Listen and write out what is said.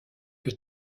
que